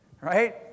right